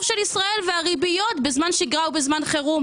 של ישראל והריביות בזמן שגרה ובזמן חירום?